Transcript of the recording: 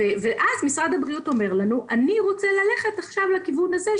משרד הבריאות אומר לנו שהוא רוצה ללכת עכשיו לכיוון הזה,